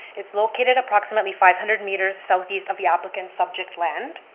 it's located approximately five hundred meters southeast of the applicant's subject land,